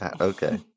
Okay